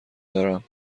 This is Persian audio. دارم